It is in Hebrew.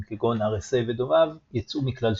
כגון RSA ודומיו יצאו מכלל שימוש.